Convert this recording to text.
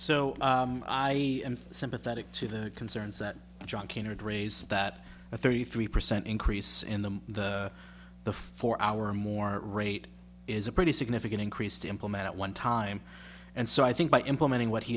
so i am sympathetic to the concerns that john king heard raise that a thirty three percent increase in the the the four hour more rate is a pretty significant increase to implement at one time and so i think by implementing what he